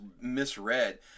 misread